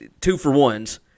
two-for-ones